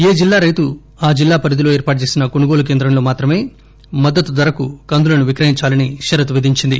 ఏ జిల్లా రైతు ఆ జిల్లా పరిధిలో ఏర్పాటుచేసిన కొనుగోలు కేంద్రంలో మాత్రమే మద్దతుధరకు కందులను విక్రయించాలని షరతు విధించింది